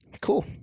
Cool